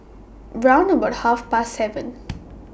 round about Half Past seven